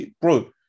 bro